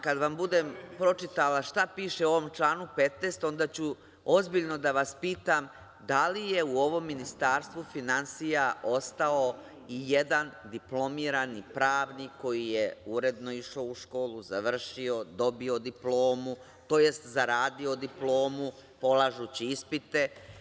Kada vam bude pročitala šta piše u ovom članu 15. onda ću ozbiljno da vas pitam da li je u ovom Ministarstvu finansija ostao i jedan diplomirani pravnik koji je uredno išao u školu, završio, dobio diplomu, tj zaradio diplomu polažući ispite.